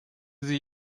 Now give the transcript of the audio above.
sie